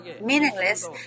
meaningless